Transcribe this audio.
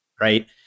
Right